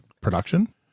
production